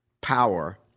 power